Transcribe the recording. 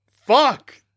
fuck